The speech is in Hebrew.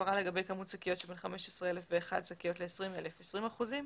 הפרה לגבי כמות שקיות שבין 15,001 שקיות ל-20,000 20 אחוזים,